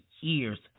years